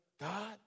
God